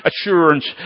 assurance